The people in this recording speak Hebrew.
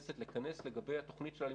לגבי תוכנית אלימות.